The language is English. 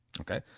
Okay